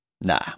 Nah